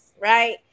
right